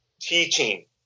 teaching